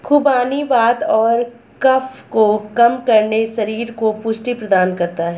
खुबानी वात और कफ को कम करके शरीर को पुष्टि प्रदान करता है